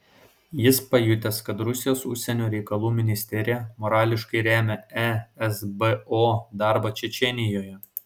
jis pajutęs kad rusijos užsienio reikalų ministerija morališkai remia esbo darbą čečėnijoje